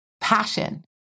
passion